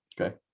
okay